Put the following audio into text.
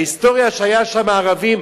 ההיסטוריה שהיו שם ערבים,